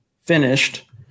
finished